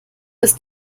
ist